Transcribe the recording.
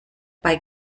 bei